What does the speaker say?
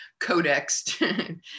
codexed